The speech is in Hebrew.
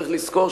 אגב,